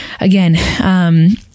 again